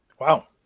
Wow